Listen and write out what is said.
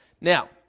Now